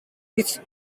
its